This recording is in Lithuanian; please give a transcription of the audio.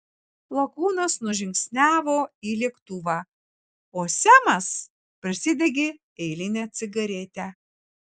lakūnas nužingsniavo į lėktuvą o semas prisidegė eilinę cigaretę